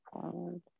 forward